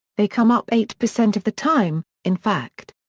they come up eight percent of the time, in fact.